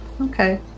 Okay